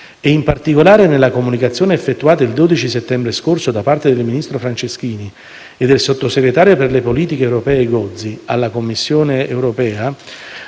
e, in particolare, nella comunicazione effettuata il 12 settembre scorso da parte del ministro Franceschini e del sottosegretario per le politiche europee Gozi alla Commissione europea